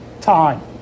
Time